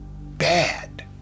bad